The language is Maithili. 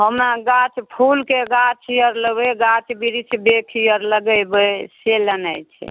हमेँ गाछ फूलके गाछ आओर लेबै गाछ बिरिछ बेखि आओर लगेबै से लेनाइ छै